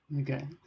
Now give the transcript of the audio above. Okay